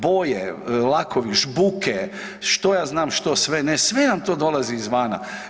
Boje, lakovi, žbuke, što ja znam što sve ne sve vam to dolazi izvana.